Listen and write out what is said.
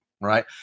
right